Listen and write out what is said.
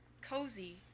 cozy